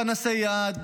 פנסי יד,